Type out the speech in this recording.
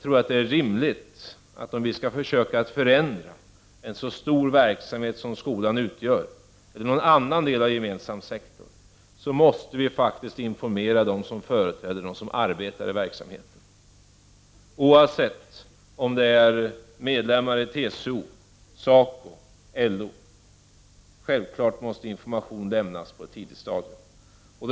Om vi skall försöka förändra en så stor verksamhet som skolan utgör, eller någon annan del av gemensam sektor, då måste vi faktiskt informera dem som företräder och arbetar i verksamheten, oavsett om de är medlemmar i TCO, SACO eller LO. Självfallet måste information lämnas på ett tidigt stadium.